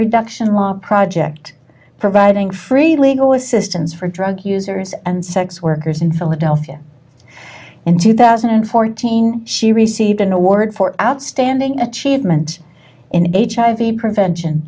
reduction walk project providing free legal assistance for drug users and sex workers in philadelphia in two thousand and fourteen she received an award for outstanding achievement in hiv prevention